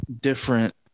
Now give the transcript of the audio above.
different